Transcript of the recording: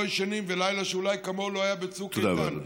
ישנים ולילה שאולי כמוהו לא היה בצוק איתן,